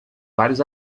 vários